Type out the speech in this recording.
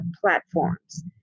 platforms